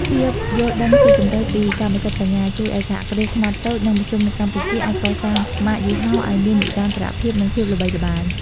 ការយល់ដឹងស៊ីជម្រៅពីកម្មសិទ្ធិបញ្ញា ជួយឱ្យសហគ្រាសខ្នាតតូច និងមធ្យមនៅកម្ពុជា អាចកសាងម៉ាកយីហោឱ្យមាននិរន្តរភាព និងភាពល្បីល្បាញ។